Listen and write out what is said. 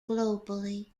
globally